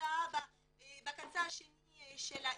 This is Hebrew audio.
בכיתה בקצה השני של העיר,